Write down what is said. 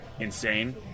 insane